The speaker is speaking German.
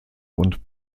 und